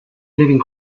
living